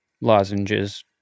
lozenges